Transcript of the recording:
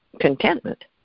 contentment